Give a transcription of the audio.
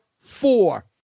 four